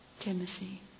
Timothy